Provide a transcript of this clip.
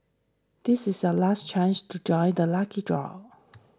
this is your last chance to join the lucky draw